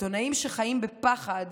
עיתונאים שחיים בפחד